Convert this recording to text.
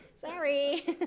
Sorry